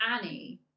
Annie